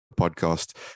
podcast